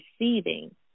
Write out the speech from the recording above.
receiving